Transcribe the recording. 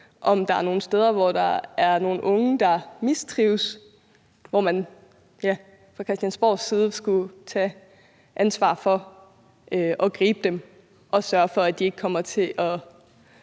om der er nogle steder, hvor der er nogle unge, der mistrives, og hvor man fra Christiansborg side skulle tage ansvar for at gribe dem og sørge for, at de ikke kommer til at